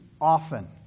often